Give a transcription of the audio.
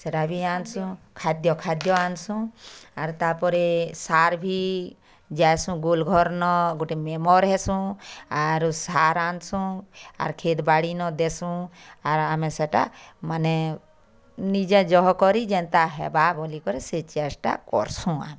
ସେଟା ବି ଆନସୁଁ ଖାଦ୍ୟ ଖାଦ୍ୟ ଆନସୁଁ ଆର୍ ତା ପରେ ସାର୍ ବି ଯାଏସୁଁ ଗୋଲ ଘର୍ ନ ଗୋଟେ ମେମର୍ ହେସୁଁ ଆରୁ ସାର୍ ଆନସୁଁ ଆର୍ କ୍ଷେତ୍ ବାଡ଼ି ନ ଦେସୁଁ ଆର୍ ଆମେ ସେଟା ମାନେ ନିଜ ଯହ କରି ଯେନ୍ତା ହେବା ବୋଲି କରି ସେ ଚେଷ୍ଟା କରସୁଁ ଆମେ